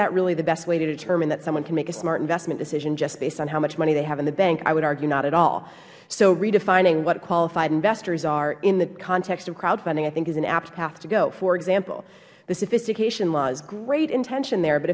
that really the best way to determine that someone can make a smart investment decision just based on how much money they have in the bank i would argue not at all so redefining what qualified investors are in this context of crowdfunding i think is an apt path an to go for example the sophistication laws great intention there but